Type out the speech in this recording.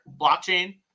blockchain